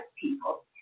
people